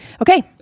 Okay